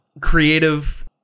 creative